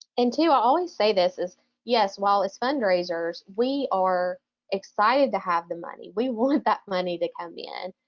and too, i always say this is yes, well, as fundraisers we are excited to have the money. we want that money to come in,